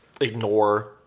ignore